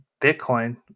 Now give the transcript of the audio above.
Bitcoin